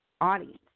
audience